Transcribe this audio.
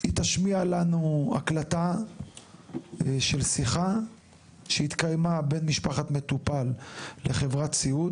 היא תשמיע לנו הקלטה של שיחה שהתקיימה בין משפחת מטופל לחברת סיעוד.